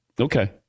Okay